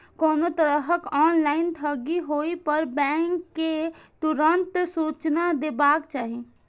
कोनो तरहक ऑनलाइन ठगी होय पर बैंक कें तुरंत सूचना देबाक चाही